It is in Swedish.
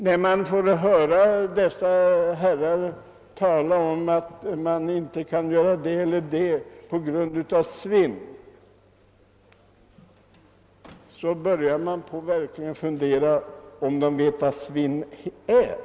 När man då hör dessa herrar tala om att det eller det inte kan göras på grund av svinn, börjar man verkligen fundera över om de vet vad svinn är.